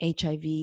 HIV